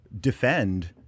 defend